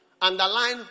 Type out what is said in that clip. Underline